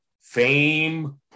fame